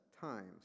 times